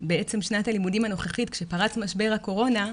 שנת הלימודים הנוכחית כשפרץ משבר הקורונה,